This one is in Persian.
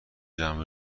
جمع